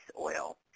oil